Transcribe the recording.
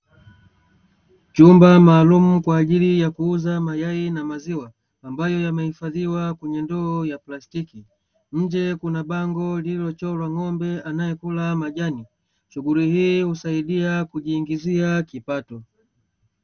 Chumba maalumu kwa ajili ya kuuza mayai na maziwa, ambayo yamehifadhiwa kwenye ndoo ya plastiki, nje kuna bango lililochorwa ng'ombe anayekula majani shughuli hii husaidia kujiingizia kipato.